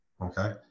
okay